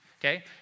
Okay